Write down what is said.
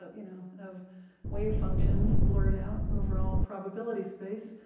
ah you know, of wave functions, blurred out over all probability space.